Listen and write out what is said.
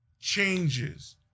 changes